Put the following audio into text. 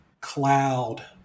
cloud